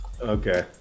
Okay